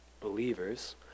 believers